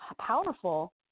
Powerful